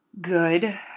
good